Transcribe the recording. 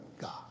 God